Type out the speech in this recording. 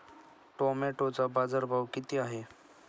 टोमॅटोचा बाजारभाव किती आहे?